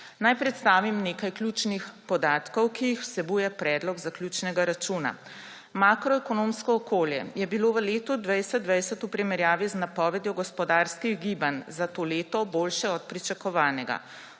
Naj predstavim nekaj ključnih podatkov, ki jih vsebuje predlog zaključnega računa. Makroekonomsko okolje je bilo v letu 2020 v primerjavi z napovedjo gospodarskih gibanj za to leto boljše od pričakovanega.